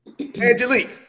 Angelique